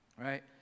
right